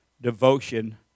devotion